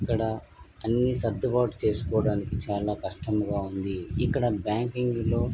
ఇక్కడ అన్నీ సర్దుబాటు చేసుకోడానికి చాలా కష్టముగా ఉంది ఇక్కడ బ్యాంకింగ్లో